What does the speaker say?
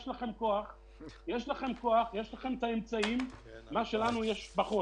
יש לכם כוח, יש לכם את האמצעים, מה שלנו יש פחות.